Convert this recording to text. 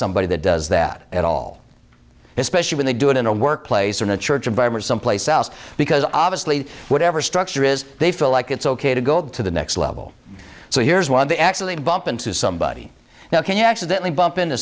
somebody that does that at all especially when they do it in a workplace or in a church or a barber someplace else because obviously whatever structure is they feel like it's ok to go to the next level so here's one they actually bump into somebody now can you accidentally bump into